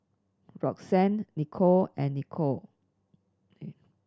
Roxanne Nicole and Nikole